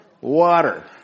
Water